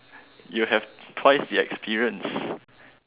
you have twice the experience